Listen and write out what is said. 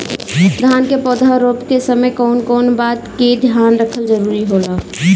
धान के पौधा रोप के समय कउन कउन बात के ध्यान रखल जरूरी होला?